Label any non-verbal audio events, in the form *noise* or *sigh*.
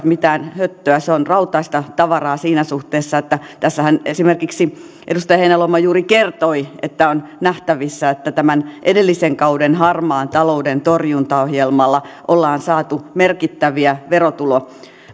*unintelligible* mitään höttöä se on rautaista tavaraa siinä suhteessa että tässähän esimerkiksi edustaja heinäluoma juuri kertoi että on nähtävissä että tämän edellisen kauden harmaan talouden torjuntaohjelmalla ollaan saatu merkittäviä